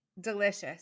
delicious